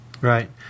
Right